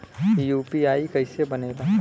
UPI कईसे बनेला?